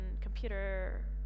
computer